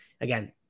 again